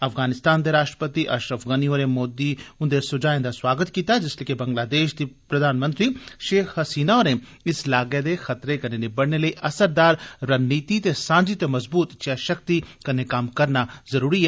अफगानिस्तान दे राष्ट्रपति अशरफ गनी होरें मोदी हुन्दे सुझाएं दा सुआगत कीता जिसलै कि बंगलादेश दी प्रधानमंत्री शेख हसीना होरें आक्खेआ जे इस लागे दे खतरे कन्नै निबड़ने लेई असरदार रणनीति ते सांझी ते मजबूत इच्छेआ शक्ति कन्नै कम्म करना जरुरी ऐ